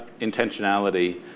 intentionality